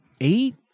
eight